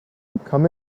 come